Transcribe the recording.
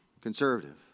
conservative